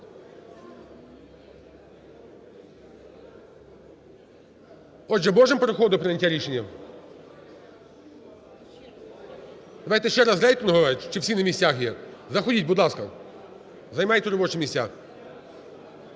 Отже, можемо переходити до прийняття рішення? Давайте ще раз рейтингове? Чи всі на місцях є? Заходіть, будь ласка, займайте робочі місця.